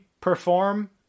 perform